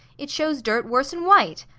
it shows dirt worse an white.